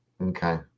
Okay